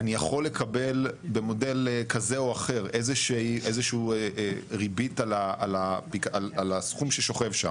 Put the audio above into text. אני יכול לקבל במודל כזה או אחר איזושהי ריבית על הסכום ששוכב שם,